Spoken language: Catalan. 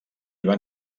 van